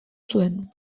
zuen